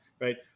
right